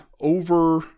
over